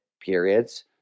periods